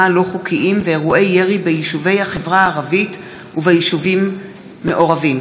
לא חוקיים ואירועי ירי ביישובי החברה הערבית וביישובים מעורבים.